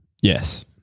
Yes